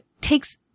takes